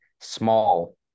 small